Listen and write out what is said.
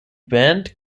band